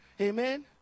amen